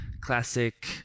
classic